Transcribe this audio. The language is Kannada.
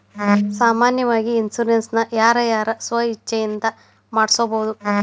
ಸಾಮಾನ್ಯಾವಾಗಿ ಇನ್ಸುರೆನ್ಸ್ ನ ಯಾರ್ ಯಾರ್ ಸ್ವ ಇಛ್ಛೆಇಂದಾ ಮಾಡ್ಸಬೊದು?